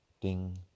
Ding